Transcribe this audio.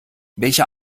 welche